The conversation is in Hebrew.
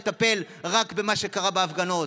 לטפל רק במה שקרה בהפגנות,